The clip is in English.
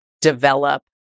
develop